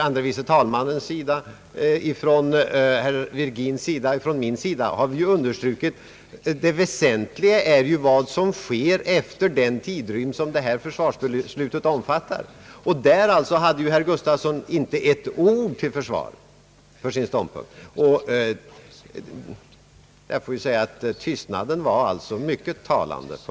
Andre vice talmannen, herr Virgin och jag har understrukit att det väsentliga är vad som sker efter den tidrymd som detta försvarsbeslut omfattar. Därvidlag hade herr Gustavsson inte ett ord till försvar för sin ståndpunkt. Tystnaden på denna punkt var alltså mycket talande.